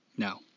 No